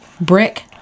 brick